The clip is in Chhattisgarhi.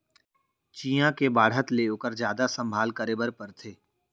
चियॉ के बाढ़त ले ओकर जादा संभाल करे बर परथे